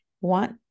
want